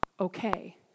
okay